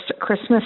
Christmas